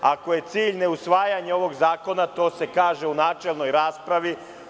Ako je cilj ne usvajanja ovog zakona, to se kaže u načelnoj raspravi.